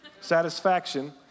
Satisfaction